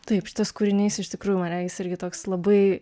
taip šitas kūrinys iš tikrųjų man regis irgi toks labai